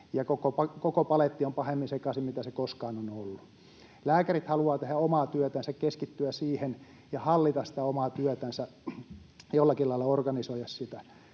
ja koko paletti on pahemmin sekaisin kuin mitä se koskaan on ollut. Lääkärit haluavat tehdä omaa työtänsä, keskittyä siihen ja hallita sitä omaa työtänsä, jollakin lailla organisoida sitä.